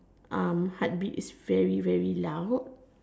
heartbeat is very very loud